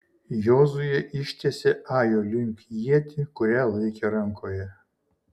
jozuė ištiesė ajo link ietį kurią laikė rankoje